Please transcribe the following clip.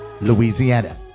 Louisiana